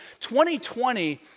2020